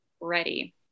ready